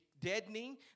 deadening